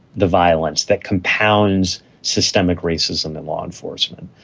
the violence, that compounds systemic racism in law enforcement,